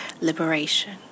liberation